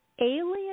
Alien